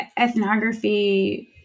ethnography